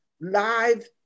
live